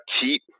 keep